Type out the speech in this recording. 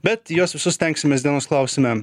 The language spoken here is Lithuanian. bet juos visus stengsimės dienos klausime